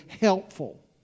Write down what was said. helpful